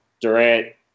Durant